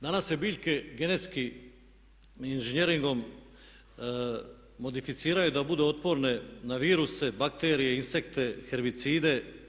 Danas se biljke genetski inženjeringom modificiraju da budu otporne na viruse, bakterije, insekte, herbicide.